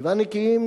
שבעה נקיים,